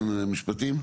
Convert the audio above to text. כן, משרד המשפטים.